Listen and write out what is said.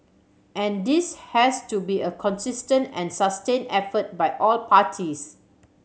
and this has to be a consistent and sustained effort by all parties